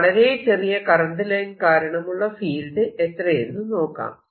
ഈ വളരെ ചെറിയ കറന്റ് ലൈൻ കാരണമുള്ള ഫീൽഡ് എത്രയെന്നു നോക്കാം